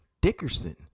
Dickerson